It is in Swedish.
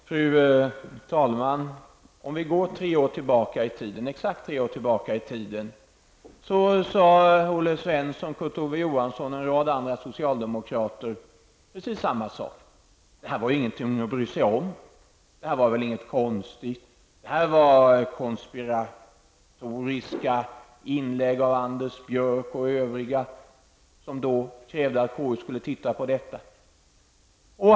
Fru talman! Om vi går exakt tre år tillbaka i tiden sade Olle Svensson, Kurt Ove Johansson och en rad andra socialdemokrater precis samma sak. Detta var ingenting att bry sig om. Det här var väl inget konstigt. Detta var konspiratoriska inlägg av Anders Björck och övriga som krävde att KU skulle titta på detta.